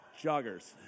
joggers